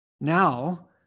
Now